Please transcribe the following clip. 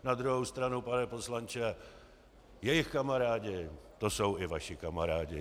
Na druhou stranu, pane poslanče, jejich kamarádi jsou i vaši kamarádi.